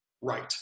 right